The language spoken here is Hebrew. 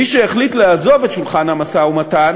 מי שהחליט לעזוב את שולחן המשא-ומתן